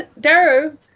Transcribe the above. Darrow